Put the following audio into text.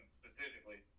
specifically